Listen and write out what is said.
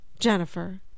Jennifer